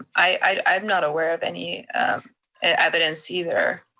ah i'm not aware of any evidence either.